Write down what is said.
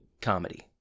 comedy